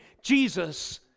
Jesus